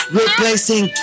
replacing